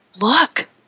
look